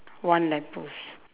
one lamppost